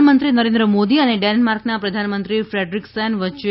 પ્રધાનમંત્રી નરેન્દ્ર મોદી અને ડેનમાર્કના પ્રધાનમંત્રી ફ્રેડરિકસેન વચ્ચે